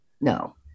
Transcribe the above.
no